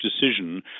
decision